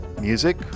music